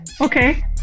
okay